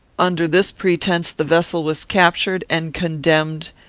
under this pretence, the vessel was captured and condemned,